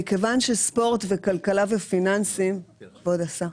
מכיוון שספורט וכלכלה ופיננסים, כבוד השר.